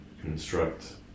construct